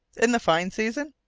in the fine season?